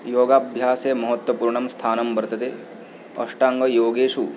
योगाभ्यासे महत्त्वपूर्णं स्थानं वर्तते अष्टाङ्गयोगेषु